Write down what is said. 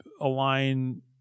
align